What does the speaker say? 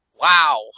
Wow